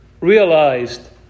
realized